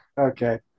Okay